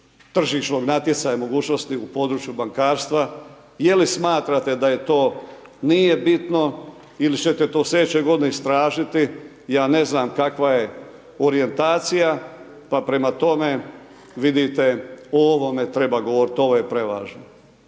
tržišnog natjecanja, mogućnosti u području bankarstva. Je li smatrate da je to, nije bitno ili ćete to sljedeće godine istražiti, ja ne znam kakva je orijentacija pa prema tome vidite o ovome treba govoriti, ovo je prevažno.